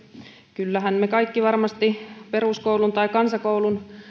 kyllähän me kaikki varmasti peruskoulun tai kansakoulun